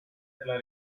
della